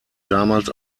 damals